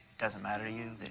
doesn't matter to you that